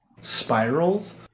spirals